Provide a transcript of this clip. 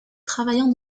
travaillant